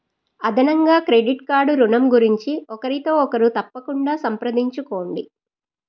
అదనంగా credit card రుణం గురించి ఒకరితో ఒకరు తప్పకుండా సంప్రదించుకోండి